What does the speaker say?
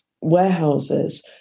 warehouses